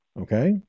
Okay